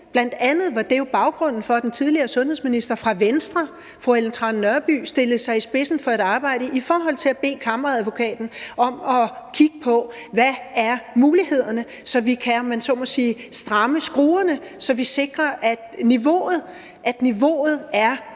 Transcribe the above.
i orden. Det var jo bl.a. baggrunden for, at den tidligere sundhedsminister fra Venstre fru Ellen Trane Nørby stillede sig i spidsen for et arbejde i forhold til at bede kammeradvokaten om at kigge på, hvad mulighederne er, så vi kan, om man så må sige, stramme skruerne, så vi sikrer, at niveauet er højt,